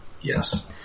Yes